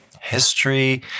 history